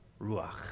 ruach